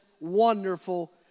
wonderful